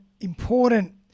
important